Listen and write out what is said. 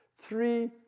three